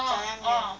jjajang 面